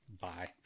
bye